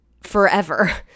forever